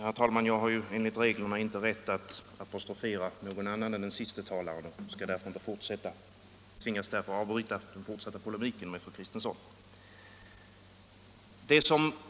Herr talman! Jag har ju enligt reglerna inte rätt att apostrofera någon annan än den senaste talaren och tvingas därför avbryta polemiken med fru Kristensson.